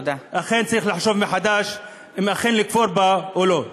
אכן צריך לחשוב מחדש אם לכפור בה או לא.